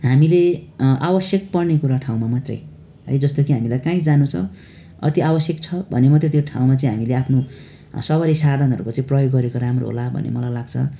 हामीले आवश्यक पर्ने कुरा ठाउँमा मात्रै जस्तो कि हामीलाई कहीँ जानु छ अति आवश्यक छ भने मात्रै चाहिँ त्यो ठाउँमा चाहिँ हामीले आफ्नो सवारी साधनहरूको प्रयोग गरेको राम्रो होला भन्ने मलाई लाग्छ